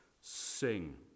sing